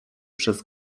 przez